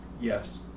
Yes